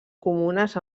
comunes